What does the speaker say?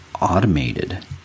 automated